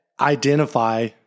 identify